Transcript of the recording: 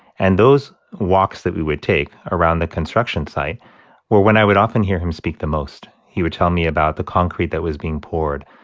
and those walks that we would take around the construction site were when i would often hear him speak the most. he would tell me about the concrete that was being poured,